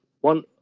one